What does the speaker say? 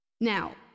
now